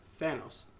Thanos